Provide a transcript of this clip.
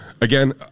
again